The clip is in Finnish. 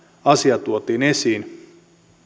asia tuotiin esiin